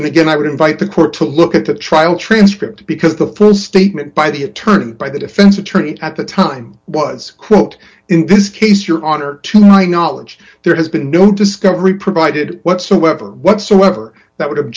and again i would invite the court to look at the trial transcript because the st statement by the attorney by the defense attorney at the time was quote in this case your honor to my knowledge there has been don't discovery provided whatsoever whatsoever that would